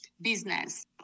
business